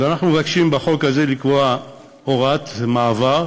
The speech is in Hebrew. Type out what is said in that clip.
אז אנחנו מבקשים בחוק הזה לקבוע הוראת מעבר,